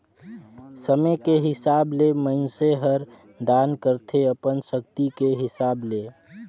समे के हिसाब ले मइनसे हर दान करथे अपन सक्ति के हिसाब ले